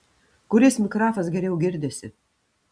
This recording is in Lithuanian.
kuris mikrafas geriau girdisi